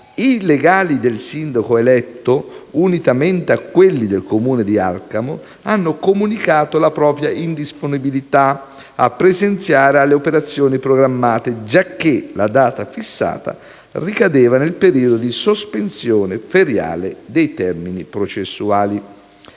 i legali del sindaco eletto, unitamente a quelli del Comune di Alcamo, hanno comunicato la propria indisponibilità a presenziare alle operazioni programmate, giacché la data fissata ricadeva nel periodo di sospensione feriale dei termini processuali.